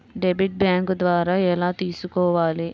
Debit bank ద్వారా ఎలా తీసుకోవాలి?